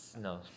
No